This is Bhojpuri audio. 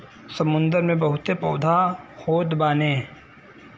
समुंदर में बहुते पौधा होत बाने